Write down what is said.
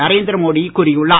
நரேந்திர மோடி கூறியுள்ளார்